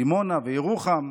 דימונה וירוחם.